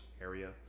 area